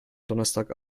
donnerstag